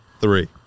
Three